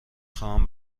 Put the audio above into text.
خواهم